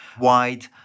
wide